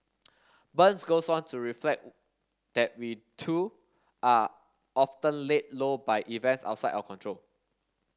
burns goes on to reflect that we too are often laid low by events outside our control